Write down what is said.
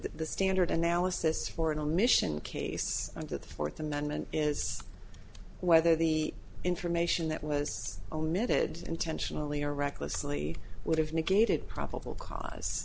the standard analysis for an omission case under the fourth amendment is whether the information that was omitted intentionally or recklessly would have negated probable cause